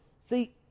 see